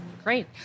Great